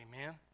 amen